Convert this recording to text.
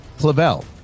Clavel